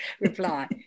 reply